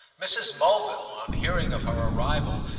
mrs. mulville, on hearing of her arrival,